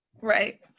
right